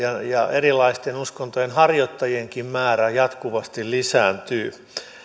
erilaisten uskontojen harjoittajienkin määrä jatkuvasti lisääntyy